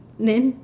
then